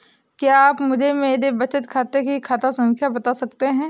क्या आप मुझे मेरे बचत खाते की खाता संख्या बता सकते हैं?